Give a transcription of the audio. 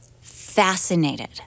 fascinated